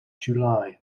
july